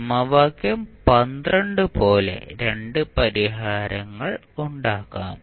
സമവാക്യം പോലെ 2 പരിഹാരങ്ങൾ ഉണ്ടാകാം